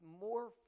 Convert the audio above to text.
more